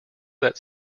that